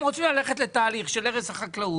אם אתם רוצים ללכת לתהליך של הרס החקלאות,